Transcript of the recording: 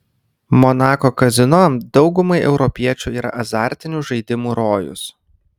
monako kazino daugumai europiečių yra azartinių žaidimų rojus